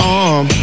arm